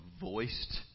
voiced